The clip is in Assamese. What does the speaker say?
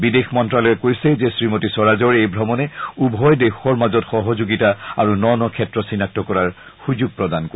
বিদেশ মন্ত্যালয়ে কৈছে যে শ্ৰীমতী স্বৰাজৰ এই ভ্ৰমণে উভয় দেশৰ মাজত সহযোগিতা ন ন ক্ষেত্ৰ চিনাক্ত কৰাৰ সুযোগ প্ৰদান কৰিব